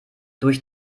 durch